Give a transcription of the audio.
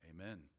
Amen